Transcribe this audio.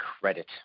credit